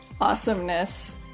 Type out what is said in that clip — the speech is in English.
Awesomeness